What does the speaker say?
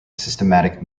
systematic